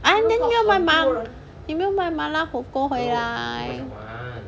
ah 你没有买麻你没有买麻辣火锅回来